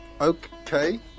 Okay